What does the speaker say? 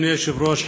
אדוני היושב-ראש,